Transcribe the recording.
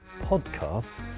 podcast